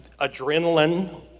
adrenaline